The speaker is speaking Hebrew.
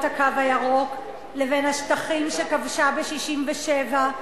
"הקו הירוק" לבין השטחים שכבשה ב-1967,